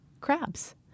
crabs